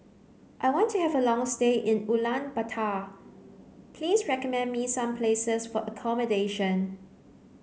I want to have a long stay in Ulaanbaatar please recommend me some places for accommodation